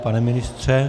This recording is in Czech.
Pane ministře?